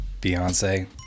beyonce